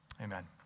Amen